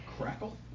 Crackle